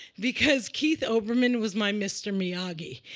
because keith olbermann was my mr. miyagi.